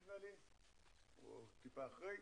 נדמה לי, או טיפה אחרי,